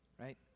Right